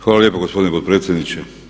Hvala lijepa gospodine potpredsjedniče.